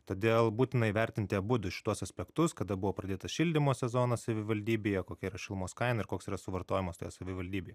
todėl būtina įvertinti abudu šituos aspektus kada buvo pradėtas šildymo sezonas savivaldybėje kokia yra šilumos kaina ir koks yra suvartojamas toje savivaldybėj